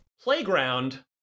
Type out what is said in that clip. Playground